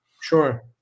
sure